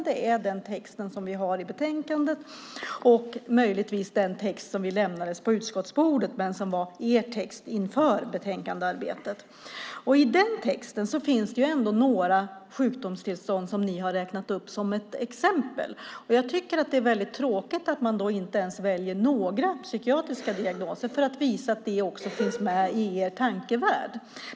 Det är den text som vi har i betänkandet, och möjligtvis den text som vi lämnade på utskottsbordet, men som var er text, inför betänkandearbetet. I den texten finns det några sjukdomstillstånd som ni räknar upp som exempel. Jag tycker att det är väldigt tråkigt att ni då inte ens väljer några psykiatriska diagnoser för att visa att de också finns med i er tankevärld.